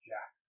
Jack